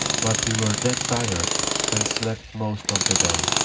but we were dead tired and slept most of the day.